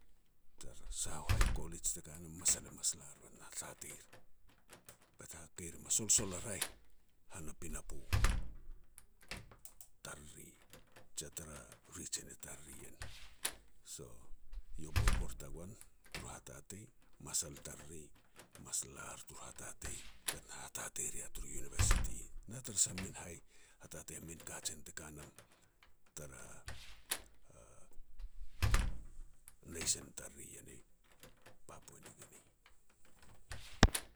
tara sah hai College te kano, masal e mas lar bet na hatateir, bet hakei rim a solsol a raeh hana pinapo tariri, jia tara Region i tariri ien. So, iau borbor tagoan turu hatatei, masal tariri mas lar tur hatatei, bet na hatatei ria turu Univesity na tara sah min hai hahatei min kajen te ka nam tara a nation tariri ien i Papua New Guinea.